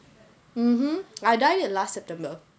mmhmm I dyed it last september